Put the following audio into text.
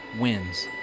wins